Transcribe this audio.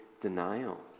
denial